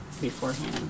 beforehand